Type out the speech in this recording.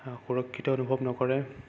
সুৰক্ষিত অনুভৱ নকৰে